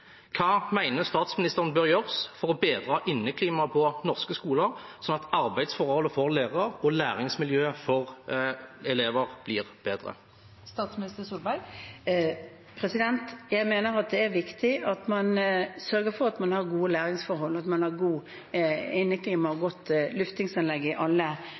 Hva mener statsministeren bør gjøres for å bedre inneklimaet på norske skoler, sånn at arbeidsforholdene for lærere og læringsmiljøet for elever blir bedre? Jeg mener det er viktig at man sørger for at man har gode læringsforhold, og at man har godt inneklima og godt luftingsanlegg i alle